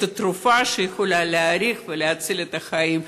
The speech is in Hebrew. התרופה שיכולה להאריך ולהציל את החיים.